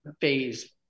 phase